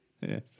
Yes